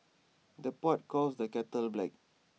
the pot calls the kettle black